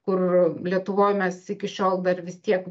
kur lietuvoj mes iki šiol dar vis tiek